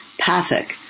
Pathic